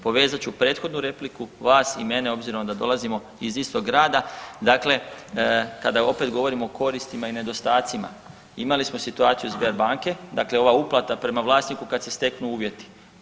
Povezat ću prethodnu repliku vas i mene obzirom da dolazimo iz istoga grada, dakle kada opet govorimo o koristima i nedostacima imali smo situaciju Sberbanke, dakle ova uplata prema vlasniku kad se steknu uvjeti.